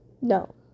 No